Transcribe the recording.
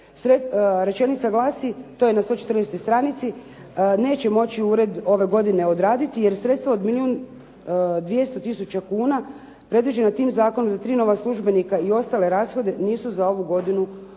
Rečenica glasi, to je na 114. stranici, neće moći ured ove godine odraditi jer sredstva od milijun 200 tisuća kuna predviđena tim zakonom za 3 nova službenika i ostale rashode nisu za ovu godinu osigurana.